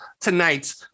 tonight